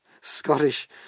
Scottish